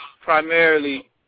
Primarily